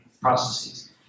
processes